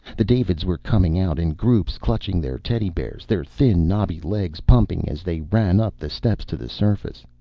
the davids were coming out in groups, clutching their teddy bears, their thin knobby legs pumping as they ran up the steps to the surface.